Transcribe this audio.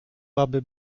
baby